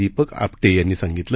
दीपक आपटे यांनी सांगितलं